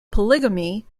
polygamy